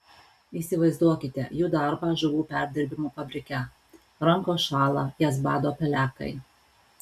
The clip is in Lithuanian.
įsivaizduokite jų darbą žuvų perdirbimo fabrike rankos šąla jas bado pelekai